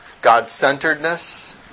God-centeredness